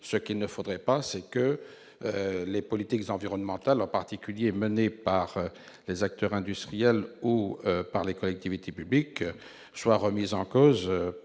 ... Il ne faudrait pas que les politiques environnementales, en particulier celles menées par les acteurs industriels ou par les collectivités publiques, soient remises en cause